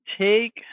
take